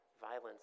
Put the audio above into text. Violence